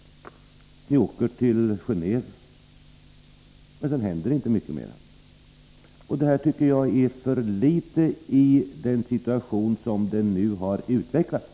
Ni åker till försurning av mark Gené&ve. Men sedan händer det inte mycket mer. Detta tycker jag är för litet, — och vatten i den situation som nu har utvecklats.